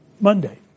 Monday